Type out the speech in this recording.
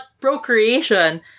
procreation